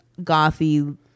gothy